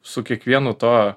su kiekvienu to